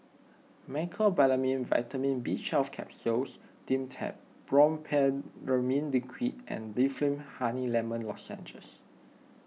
Mecobalamin Vitamin B Twelve Capsules Dimetapp Brompheniramine Liquid and Difflam Honey Lemon Lozenges